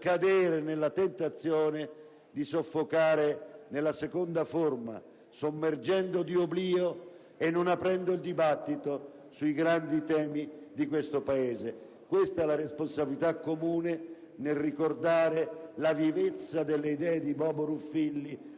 cada nella tentazione di soffocare quelle idee sommergendole di oblio e non aprendo il dibattito sui grandi temi del Paese. Questa è la responsabilità comune che abbiamo nel ricordare la vivezza delle idee di Bobo Ruffilli,